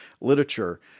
literature